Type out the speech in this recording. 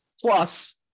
Plus